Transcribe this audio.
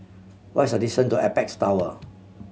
what is the distant to Apex Tower